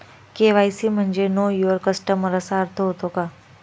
KYC म्हणजे know your customer असा अर्थ होतो का?